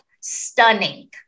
stunning